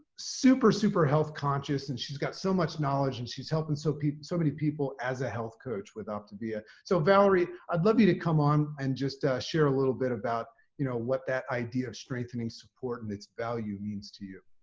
super, super health conscious and she's got so much knowledge and she's helping so so many people. as a health coach with optavia. so, valerie, i'd love you to come on and just share a little bit about you know what that idea of strengthening support and its value means to you.